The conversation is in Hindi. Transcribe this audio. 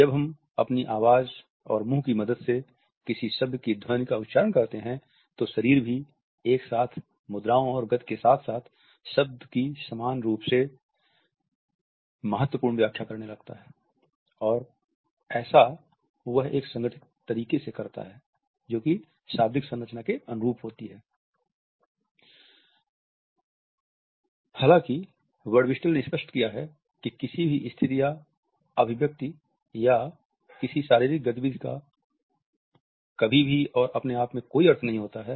जब हम अपनी आवाज़ और मुंह की मदद से किसी शब्द की ध्वनियों का उच्चारण करते हैं तो शरीर भी एक साथ मुद्राओं और गति के साथ साथ शब्द की समान रूप से महत्वपूर्ण व्याख्या करने लगता है और ऐसा वह एक संगठित तरीके से करता है जो कि शाब्दिक संरचना के अनुरूप होती हालांकि बर्डविस्टेल ने स्पष्ट किया है कि किसी भी स्थिति या अभिव्यक्ति या किसी शारीरिक गति विधि का कभी भी और अपने आप में कोई अर्थ नहीं होता है